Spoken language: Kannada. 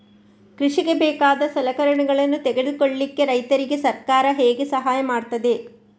ಕೃಷಿಗೆ ಬೇಕಾದ ಸಲಕರಣೆಗಳನ್ನು ತೆಗೆದುಕೊಳ್ಳಿಕೆ ರೈತರಿಗೆ ಸರ್ಕಾರ ಹೇಗೆ ಸಹಾಯ ಮಾಡ್ತದೆ?